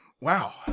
Wow